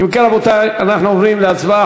אם כן, רבותי, אנחנו עוברים להצבעה.